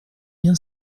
bien